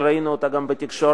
אבל ראינו אותה גם בתקשורת,